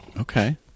Okay